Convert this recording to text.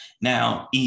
Now